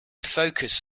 focus